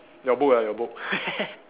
your book ah your book